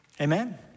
Amen